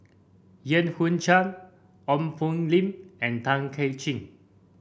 Yan Hui Chang Ong Poh Lim and Tay Kay Chin